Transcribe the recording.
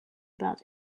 about